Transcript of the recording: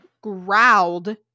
growled